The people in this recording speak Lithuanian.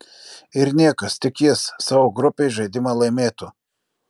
ir niekas tik jis savo grupėj žaidimą laimėtų